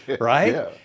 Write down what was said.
Right